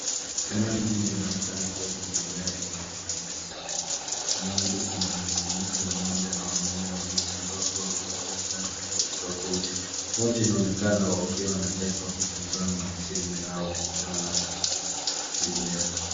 Eneo hili linaonekana kuwa kuna magari rembo rembo sana. Eneo hili kuna mwanamke mmoja na wanaume wawili ambao wako wamevaa sare tofauti tofauti. Wote inaonekana wakiwa wanacheka wakitazama simu yao wakiona video.